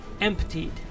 emptied